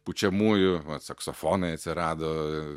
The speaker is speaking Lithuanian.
pučiamųjų vat saksofonai atsirado